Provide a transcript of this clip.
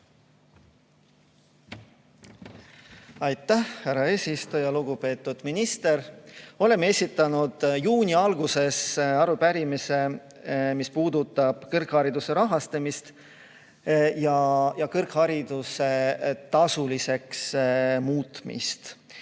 Aitäh, härra eesistuja! Lugupeetud minister! Esitasime juuni alguses arupärimise, mis puudutab kõrghariduse rahastamist ja kõrghariduse tasuliseks muutmist.